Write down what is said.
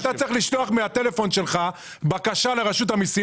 אתה צריך לשלוח מהטלפון שלך בקשה לרשות המיסים